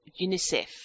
UNICEF